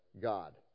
God